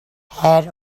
had